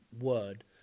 word